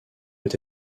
peut